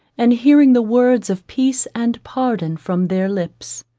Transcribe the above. and hearing the words of peace and pardon from their lips.